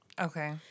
Okay